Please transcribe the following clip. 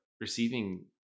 receiving